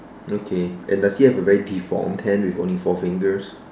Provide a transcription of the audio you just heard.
okay and does he have a very deformed hand with only four fingers